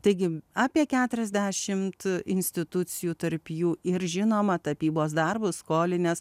taigi apie keturiasdešimt institucijų tarp jų ir žinoma tapybos darbus skolinęs